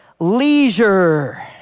leisure